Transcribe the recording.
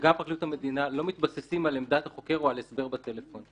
וגם פרקליטות המדינה לא מתבססים על עמדת החוקר או על הסבר בטלפון,